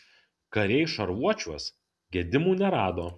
kariai šarvuočiuos gedimų nerado